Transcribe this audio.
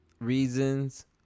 reasons